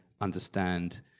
understand